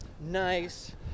nice